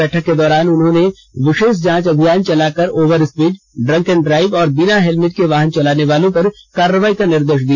बैठक के दौरान उन्होंने विशेष जांच अभियान चलाकर over speed drunk and drive और बिना हेलमेट के वाहन चलाने वालों पर कार्रवाई का निर्देश दिया